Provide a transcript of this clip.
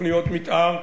תוכניות מיתאר.